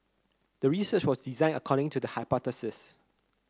the research was designed according to the hypothesis